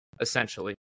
essentially